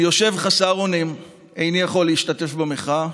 אני יושב חסר אונים: איני יכול להשתתף במחאה,